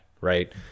right